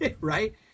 right